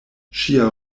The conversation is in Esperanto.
ŝia